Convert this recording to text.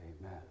Amen